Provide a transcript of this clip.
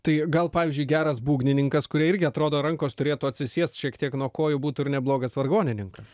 tai gal pavyzdžiui geras būgnininkas kurie irgi atrodo rankos turėtų atsisėst šiek tiek nuo kojų būtų ir neblogas vargonininkas